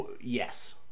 Yes